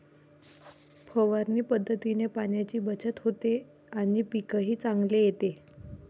फवारणी पद्धतीने पाण्याची बचत होते आणि पीकही चांगले येते